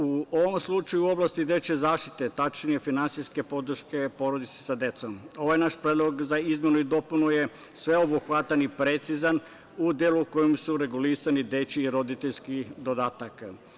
U ovom slučaju, oblast dečije zaštite, tačnije finansijska podrška porodici sa decom, ovaj naš predlog za izmenu i dopunu je sveobuhvatan i precizan u delu u kojem su regulisani dečiji i roditeljski dodatak.